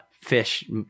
fish